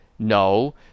No